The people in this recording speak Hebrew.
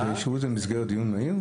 אישרו את זה במסגרת דיון מהיר?